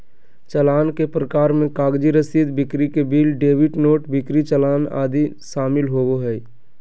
चालान के प्रकार मे कागजी रसीद, बिक्री के बिल, डेबिट नोट, बिक्री चालान आदि शामिल होबो हय